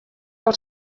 del